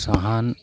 ᱥᱟᱦᱟᱱ